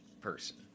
person